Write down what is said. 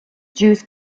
juice